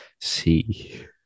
see